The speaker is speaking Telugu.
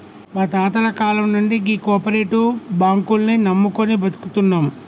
మా తాతల కాలం నుండి గీ కోపరేటివ్ బాంకుల్ని నమ్ముకొని బతుకుతున్నం